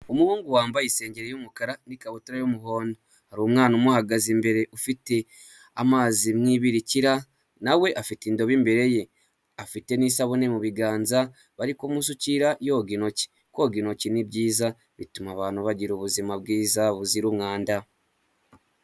Umuhungu wambaye insengero y'umukara, n'ikabutura y'umuhondo. Hari umwana umuhagaze imbere ufite amazi mu ibirikira, na we afite indobo imberebere ye. Afite n'isabune mu biganza bari kumusukira yoga intoki. Koga intoki ni byiza bituma abantu bagira ubuzima bwiza buzira umwanda.